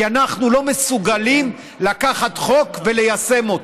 כי אנחנו לא מסוגלים לקחת חוק וליישם אותו.